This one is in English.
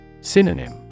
Synonym